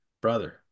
brother